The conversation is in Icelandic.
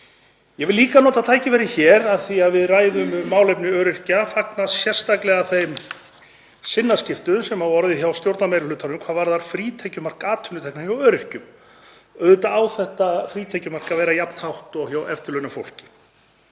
Ég vil líka nota tækifærið hér af því að við ræðum um málefni öryrkja og fagna sérstaklega þeim sinnaskiptum sem hafa orðið hjá stjórnarmeirihlutanum hvað varðar frítekjumark atvinnutekna hjá öryrkjum. Auðvitað á þetta frítekjumark að vera jafn hátt og hjá eftirlaunafólk.